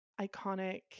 iconic